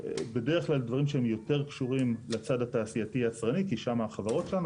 בדרך כלל דברים שהם יותר קשורים לצד התעשייתי-יצרני כי החברות שם,